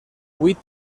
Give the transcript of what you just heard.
vuit